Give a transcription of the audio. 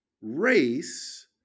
race